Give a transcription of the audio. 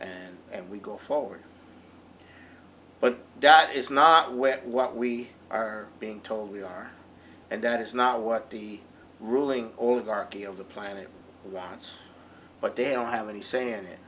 and and we go forward but that is not where what we are being told we are and that is not what the ruling all darkie of the planet wants but they don't have any say in it